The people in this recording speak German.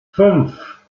fünf